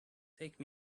take